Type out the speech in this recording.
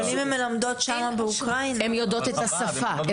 אם הן מלמדות שם באוקראינה, הן יודעות את השפה.